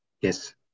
Yes